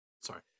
Sorry